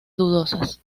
dudosas